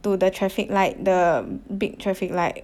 to the traffic light the big traffic light